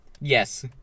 yes